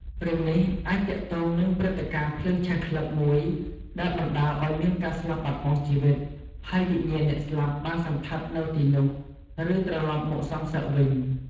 រឿងនេះអាចទាក់ទងនឹងព្រឹត្តិការណ៍ ភ្លើងឆេះក្លឹប មួយ ដែលបណ្ដាលឲ្យមានការស្លាប់បាត់បង់ជីវិត ហើយវិញ្ញាណអ្នកស្លាប់បានសណ្ឋិតនៅទីនោះ ឬត្រឡប់មកសងសឹកវិញ។